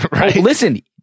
Listen